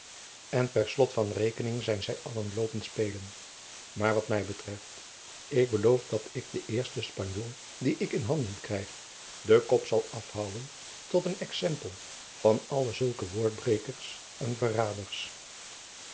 en per slot van rekening zijn zij allen loopen spelen maar wat mij betreft ik beloof dat ik den eersten spanjool dien ik in handen krijg den kop zal afhouwen tot een exempel van alle zulke woordbrekers en verraders